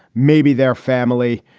maybe their family.